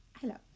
Hello